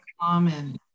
common